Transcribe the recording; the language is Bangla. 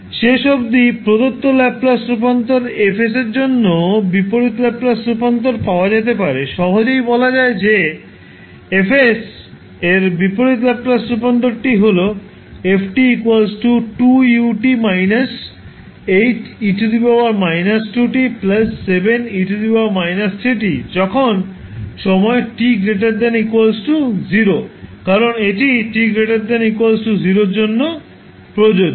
শেষ অবধি প্রদত্ত ল্যাপ্লাস রূপান্তর 𝐹 𝑠 এর জন্য বিপরীত ল্যাপ্লাস রূপান্তর পাওয়া যেতে পারে সহজেই বলা যায় যে F এর বিপরীত ল্যাপ্লাস রূপান্তরটি হল 𝑓 𝑡 2𝑢 𝑡 8𝑒 − 2𝑡 7𝑒 − 3𝑡 যখন সময় 𝑡 ≥ 0 কারণ এটি 𝑡 ≥ 0 এর জন্য প্রযোজ্য